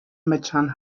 merchant